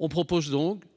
Nous proposons